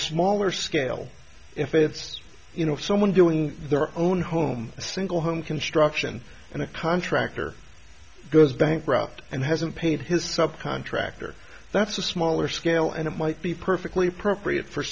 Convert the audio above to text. smaller scale if it's you know someone doing their own home single home construction and a contractor goes bankrupt and hasn't paid his sub contractor that's a smaller scale and it might be perfectly appropriate for